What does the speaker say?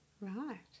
Right